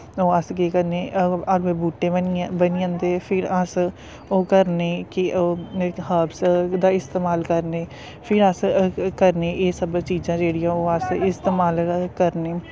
अस केह् करने अगर बूह्टे बनी जंदे फिर अस ओह् करने कि हर्वस दा इस्तेमाल करने फिर अस करने एह् सब चीजां जेह्ड़ियां ओह् अस इस्तेमाल करने